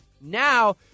Now